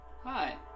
Hi